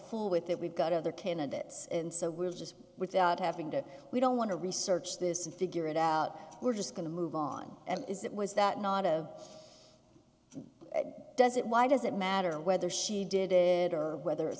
fool with that we've got other candidates and so we're just without having to we don't want to research this and figure it out we're just going to move on and is that was that not a does it why does it matter whether she did it whether it's